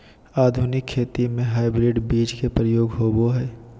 आधुनिक खेती में हाइब्रिड बीज के प्रयोग होबो हइ